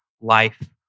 life